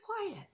quiet